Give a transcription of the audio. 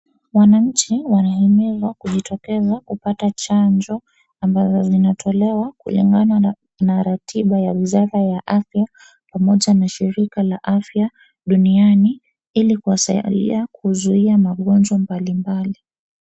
Wananchi wanaedelea kujitokeza kupata chanjo ambazo zinatolewa kulingana na ratiba ya wizara ya afya pamoja na shirika la afya duniani hili kuwasaidia kuzuia magonjwa mbalimbali.